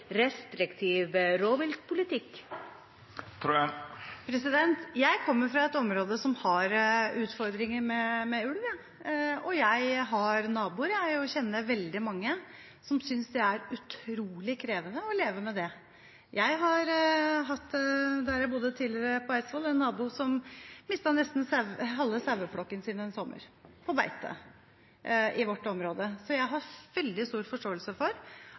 restriktiv rovviltpolitikk? Jeg kommer fra et område som har utfordringer med ulv. Jeg har naboer og kjenner veldig mange som synes det er utrolig krevende å leve med det. Jeg hadde der jeg bodde tidligere, på Eidsvoll, en nabo som en sommer mistet nesten halve saueflokken sin på beite i vårt område. Jeg har veldig stor forståelse for